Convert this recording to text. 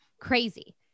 crazy